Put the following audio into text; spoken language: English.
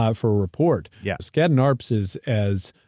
ah for a report yeah skadden arps is as